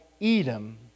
Edom